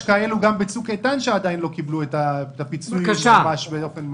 יש כאלה שנפגעו בצוק איתן ועדיין לא קיבלו את הפיצוי באופן מלא.